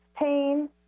pain